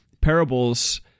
parables